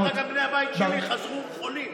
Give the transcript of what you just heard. אני אומר לך, גם בני הבית שלי חזרו חולים.